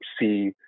see